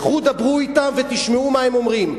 לכו, דברו אתם ותשמעו מה הם אומרים.